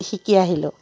শিকি আহিলোঁ